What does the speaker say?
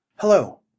Hello